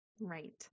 Right